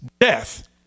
death